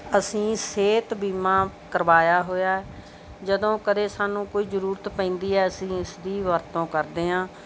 ਅਸੀਂ ਸਿਹਤ ਬੀਮਾ ਕਰਵਾਇਆ ਹੋਇਆ ਜਦੋਂ ਕਦੇ ਸਾਨੂੰ ਕੋਈ ਜ਼ਰੂਰਤ ਪੈਂਦੀ ਹੈ ਅਸੀਂ ਇਸਦੀ ਵਰਤੋਂ ਕਰਦੇ ਹਾਂ